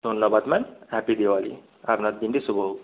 ধন্যবাদ ma'am happy Diwali আপনার দিনটি শুভ হোক